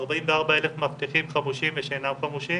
44,000 מאבטחים חמושים ושאינם חמושים.